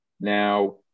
now